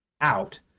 out